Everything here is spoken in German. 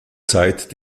zeit